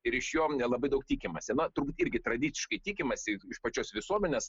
ir iš jo labai daug tikimasi na turbūt irgi tradiciškai tikimasi iš pačios visuomenės